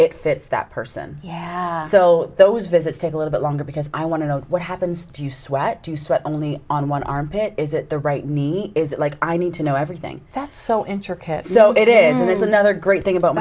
it fits that person yeah so those visits take a little bit longer because i want to know what happens do you sweat do you sweat only on one armpit is it the right knee is it like i need to know everything that's so intricate so it is there's another great thing about